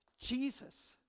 Jesus